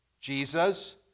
Jesus